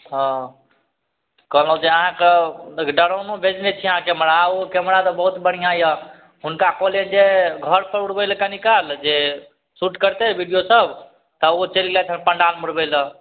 हँ कहलहुँ जे अहाँकेँ ड्रोनो भेजने छिए अहाँ कैमरा ओ कैमरा तऽ बहुत बढ़िआँ यऽ हुनका कहलिअनि जे घरपर उड़बै ले कनि काल जे शूट करतै वीडिओसब तऽ ओ चलि गेलथि हँ पण्डालमे उड़बै ले